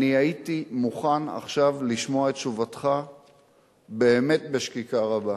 אני הייתי מוכן עכשיו לשמוע את תשובתך באמת בשקיקה רבה.